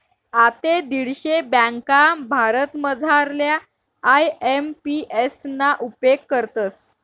आते दीडशे ब्यांका भारतमझारल्या आय.एम.पी.एस ना उपेग करतस